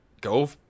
go